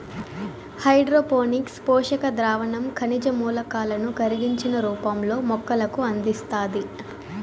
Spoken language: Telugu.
హైడ్రోపోనిక్స్ పోషక ద్రావణం ఖనిజ మూలకాలను కరిగించిన రూపంలో మొక్కలకు అందిస్తాది